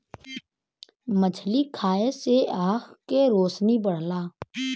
मछरी खाये से आँख के रोशनी बढ़ला